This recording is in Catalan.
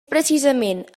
precisament